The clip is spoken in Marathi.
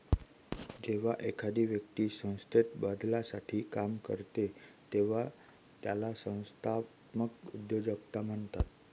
जेव्हा एखादी व्यक्ती संस्थेत बदलासाठी काम करते तेव्हा त्याला संस्थात्मक उद्योजकता म्हणतात